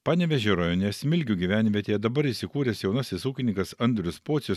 panevėžio rajone smilgių gyvenvietėje dabar įsikūręs jaunasis ūkininkas andrius pocius